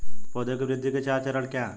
पौधे की वृद्धि के चार चरण क्या हैं?